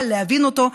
קל להבין אותו,